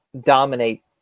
dominate